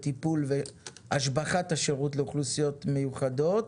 טיפול והשבחת השירות לאוכלוסיות מיוחדות.